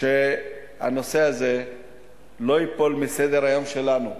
שהנושא הזה לא ייפול מסדר-היום שלנו.